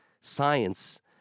science